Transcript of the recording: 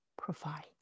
provides